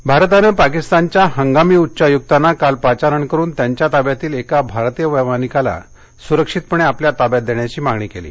भारत पाक भारतानं पाकिस्तानच्या हंगामी उच्चायुकांना काल पाचारण करुन त्यांच्या ताब्यातील एका भारतीय वत्तनिकाला स्रक्षितपणे आपल्या ताब्यात देण्याची मागणी केली